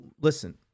Listen